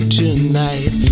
tonight